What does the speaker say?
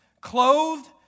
clothed